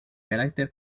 carácter